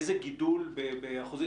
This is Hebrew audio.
איזה גידול באחוזים?